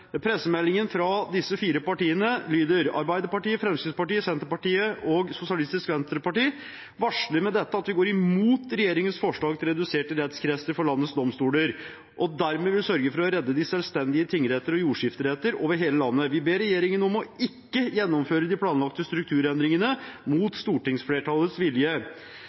Pressemeldingen fra de fire partiene lyder: «Arbeiderpartiet, Fremskrittspartiet, Senterpartiet og Sosialistisk Venstreparti varsler med dette at vi går imot regjeringens forslag til reduserte rettskretser for landets domstoler, og dermed vil sørge for å redde de selvstendige tingretter og jordskifteretter over hele landet. Vi ber regjeringen om ikke å gjennomføre de planlagte strukturendringene mot stortingsflertallets vilje.